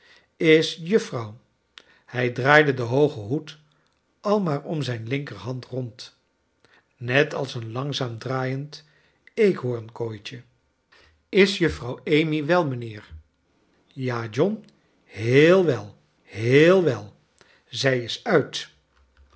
is juffrouw hij draaide den hoogen hoed al maar om zijn linker hand rond net als een langzaam draaiend eekhorenkooitje is juffrouw amy wel mijnheer ja john heel wel heel wel zij is uit